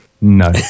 No